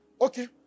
Okay